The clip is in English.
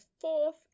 fourth